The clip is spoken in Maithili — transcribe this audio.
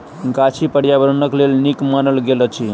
गाछी पार्यावरणक लेल नीक मानल गेल अछि